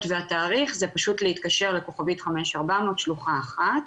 והתאריך זה פשוט להתקשר ל-*5400 שלוחה 1,